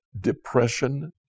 depression